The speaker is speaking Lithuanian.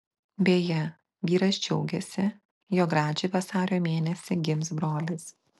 beje vyras džiaugėsi jog radži vasario mėnesį gims brolis